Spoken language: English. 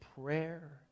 prayer